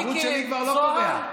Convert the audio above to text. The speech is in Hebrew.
הערוץ שלי כבר לא קובע?